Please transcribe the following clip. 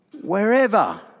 Wherever